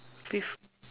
pref~